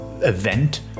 event